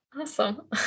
Awesome